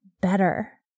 better